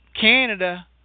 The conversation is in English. Canada